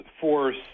force